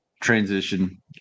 transition